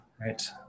Right